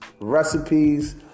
recipes